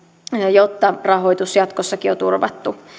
jotta rahoitus jatkossakin on turvattu